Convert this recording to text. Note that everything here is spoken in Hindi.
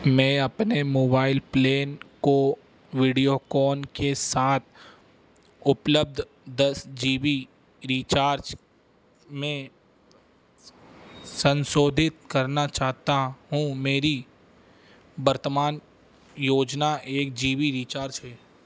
मैं अपने मोबाइल प्लेन को वीडियोकॉन के साथ उपलब्ध दस जी बी रिचार्ज में संशोधित करना चाहता हूँ मेरी वर्तमान योजना एक जी बी रिचार्ज है